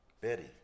Betty